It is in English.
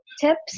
tips